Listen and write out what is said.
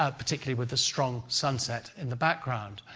ah particularly with a strong sunset in the background.